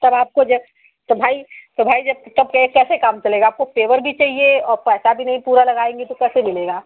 पर आपको जो तो भाई तो भाई जब कैसे काम चलेगा आपको पेवर भी चाहिए और पैसा भी नहीं पूरा लगाएँगी तो कैसे मिलेगा